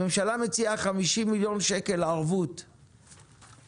הממשלה מציעה 50 מיליון שקל ערבות לבנקים,